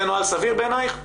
זה נוהל סביר בעינייך?